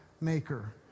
maker